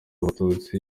abatutsi